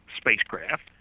spacecraft